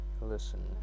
listen